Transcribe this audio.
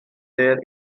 their